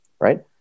Right